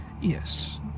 yes